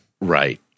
Right